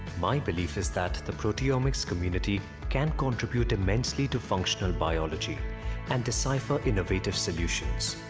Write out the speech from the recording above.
my belief is that the proteomics community can contribute immensely to functional biology and decipher innovative solutions.